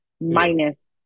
minus